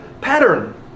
pattern